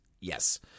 Yes